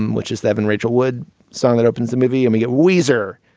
and which is evan rachel wood song that opens the movie and i get weezer.